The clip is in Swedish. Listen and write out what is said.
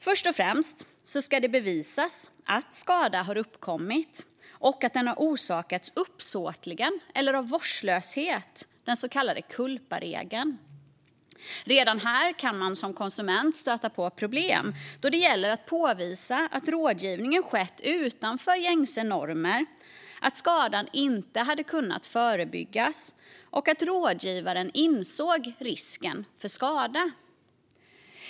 Först och främst ska det bevisas att en skada uppkommit och att den har orsakats uppsåtligen eller av vårdslöshet, den så kallade culparegeln. Redan här kan man som konsument stöta på problem då det gäller att påvisa att rådgivningen skett utanför gängse normer, att skadan hade kunnat förebyggas och att rådgivaren insåg risken för skada.